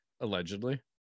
allegedly